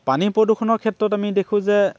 পানী প্ৰদূষণৰ ক্ষেত্ৰত আমি দেখোঁ যে